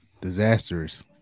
disastrous